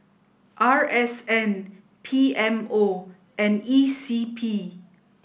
R S N P M O and E C P